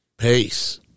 Peace